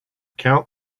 count